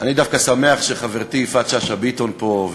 אני דווקא שמח שחברתי יפעת שאשא ביטון פה,